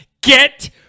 Get